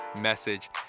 message